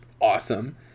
awesome